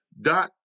dot